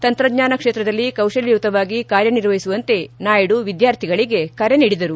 ತಂತ್ರಜ್ಞಾನ ಕ್ಷೇತ್ರದಲ್ಲಿ ಕೌಶಲ್ಯಯತವಾಗಿ ಕಾರ್ಯನಿರ್ವಹಿಸುವಂತೆ ನಾಯ್ವ ವಿದ್ವಾರ್ಥಿಗಳಿಗೆ ಕರೆ ನೀಡಿದರು